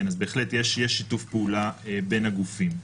אז בהחלט יש שיתוף פעולה בין הגופים.